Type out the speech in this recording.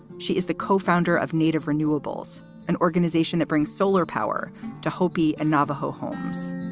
she is the co-founder of native renewables, an organization that brings solar power to hopi and navajo homes.